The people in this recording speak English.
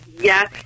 Yes